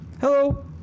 Hello